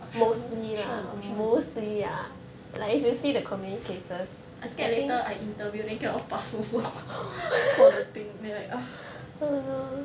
sure or not sure or not sure or not I scared later I interview then cannot pass also for the thing then like ah